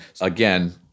again